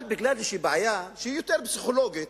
אבל בעיה כלשהי, שהיא יותר פסיכולוגית,